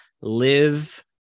live